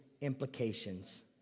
implications